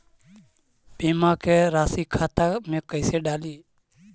बीमा के रासी खाता में कैसे डाली?